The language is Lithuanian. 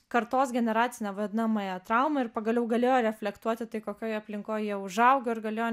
kartos generacinę vadinamąją traumą ir pagaliau galėjo reflektuoti tai kokioj aplinkoj jie užaugo ir galėjo